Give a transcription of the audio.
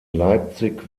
leipzig